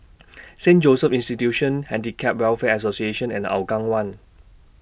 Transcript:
Saint Joseph's Institution Handicap Welfare Association and Hougang one